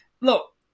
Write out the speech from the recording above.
Look